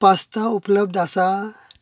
pasta उपलब्द आसा